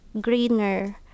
greener